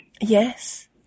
Yes